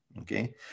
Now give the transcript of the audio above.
okay